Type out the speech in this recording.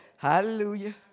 Hallelujah